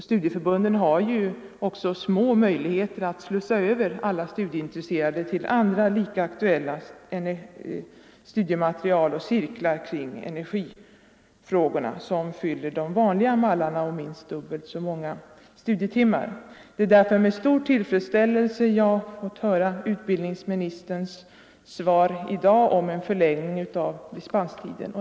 Studieförbunden har ju små möjligheter att slussa över de studieintresserade till andra lika aktuella cirklar kring energifrågorna som fyller de vanliga mallarna om minst dubbelt så många studietimmar. Det är därför med stor tillfredsställelse jag fått höra utbildningsministerns svar i dag om en förlängning av dispenstiden.